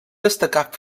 destacat